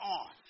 on